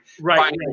Right